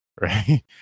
Right